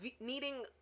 needing